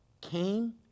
came